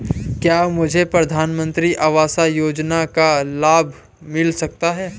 क्या मुझे प्रधानमंत्री आवास योजना का लाभ मिल सकता है?